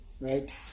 Right